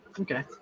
Okay